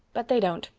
but they don't.